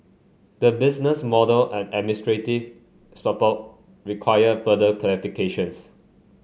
the business model and administrative support require further clarifications